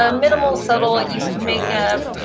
ah minimal, subtle use of makeup.